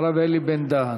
הרב אלי בן-דהן.